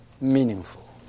meaningful